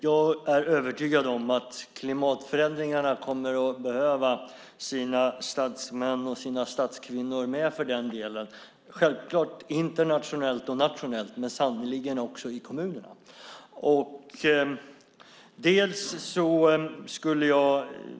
Jag är övertygad om att klimatförändringarna kommer att behöva sina statsmän och kvinnor både internationellt och nationellt men sannerligen också i kommunerna.